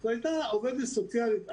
זו הייתה עובדת סוציאלית אחת,